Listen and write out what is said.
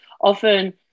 often